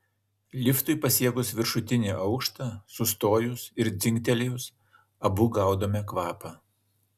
liftui pasiekus viršutinį aukštą sustojus ir dzingtelėjus abu gaudome kvapą